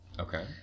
Okay